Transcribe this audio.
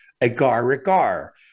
agar-agar